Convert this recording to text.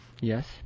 Yes